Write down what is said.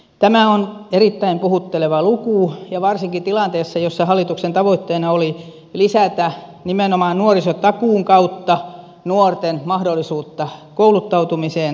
tämä on erittäin puhutteleva luku ja varsinkin tilanteessa jossa hallituksen tavoitteena oli lisätä nimenomaan nuorisotakuun kautta nuorten mahdollisuutta kouluttautumiseen työllistymiseen